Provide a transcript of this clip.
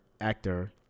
actor